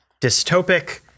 dystopic